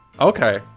Okay